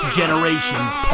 generation's